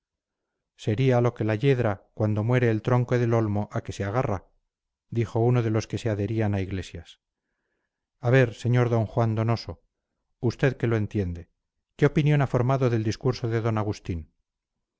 sería lo que la yedra cuando muere el tronco del olmo a que se agarra dijo uno de los que se adherían a iglesias a ver sr d juan donoso usted que lo entiende qué opinión ha formado del discurso de don agustín